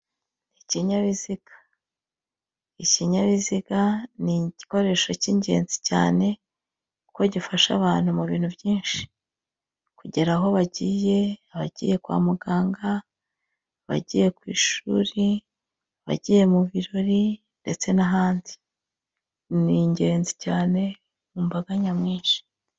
Ikinyabiziga, ikinyabiziga ni igikoresho cy'ingenzi cyane kuko gifasha abantu mu bintu byinshi. Kugera aho bagiye, abagiye kwa muganga, bagiye ku ishuri, bagiye mu birori ndetse n'ahandi. Ni ingenzi cyane mu mbaga nyamwinshi.